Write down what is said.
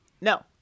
no